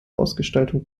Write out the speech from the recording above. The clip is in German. ausgestaltung